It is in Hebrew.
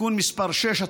(תיקון מס' 6),